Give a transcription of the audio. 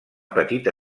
petita